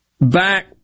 back